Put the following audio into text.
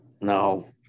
No